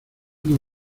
una